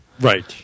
Right